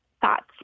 thoughts